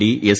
D S